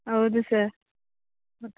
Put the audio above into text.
ಹೌದು ಸರ್ ಹೌದು